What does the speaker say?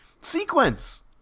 sequence